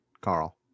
Carl